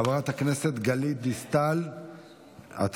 חברת הכנסת גלית דיסטל אטבריאן,